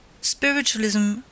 Spiritualism